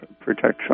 Protection